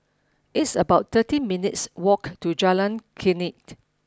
it's about thirteen minutes' walk to Jalan Klinik